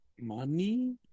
money